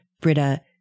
Britta